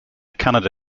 canada